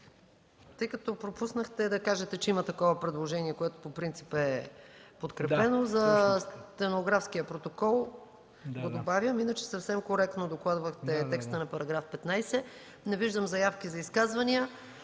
тъй като пропуснахте да кажете, че има такова предложение, което по принцип е подкрепено, добавям го за стенографския протокол. Иначе съвсем коректно докладвахте текста на § 15. Не виждам заявки за изказвания,